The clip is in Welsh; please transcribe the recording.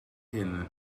hyn